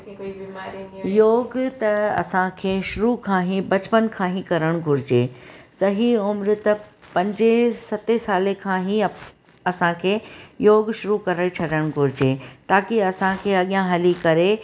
कंहिंखे कोई बीमारी योग त असांखे शुरू खां ई बचपन खां ई करणु घुरिजे सही उमिरि त पंज सत साल खां ई असांखे योग शुरू करे छॾणु घुरिजे ताक़ी असांखे अॻियां हली करे